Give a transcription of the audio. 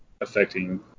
affecting